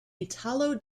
italo